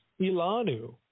Ilanu